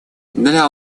для